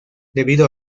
debido